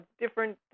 different